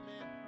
man